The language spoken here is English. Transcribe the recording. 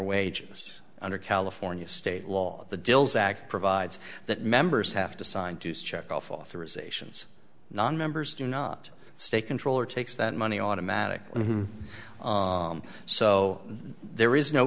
wages under california state law the dills act provides that members have to sign to see check off authorizations nonmembers do not state controller takes that money automatically so there is no